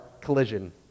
collision